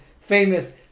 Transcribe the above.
famous